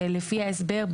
ולפי ההסבר,